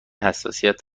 حساسیت